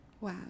Wow